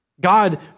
God